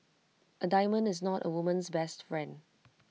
A diamond is not A woman's best friend